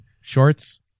Shorts